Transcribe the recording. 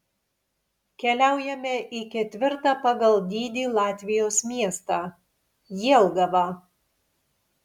keliaujame į ketvirtą pagal dydį latvijos miestą jelgavą